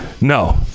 No